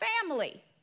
family